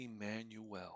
Emmanuel